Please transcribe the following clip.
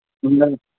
نہیں